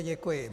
Děkuji.